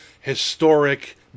historic